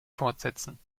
fortsetzen